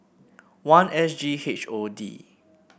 one S G H O D